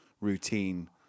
routine